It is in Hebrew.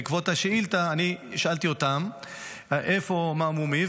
בעקבות השאילתה, אני שאלתי אותם איפה, מה, מו, מי.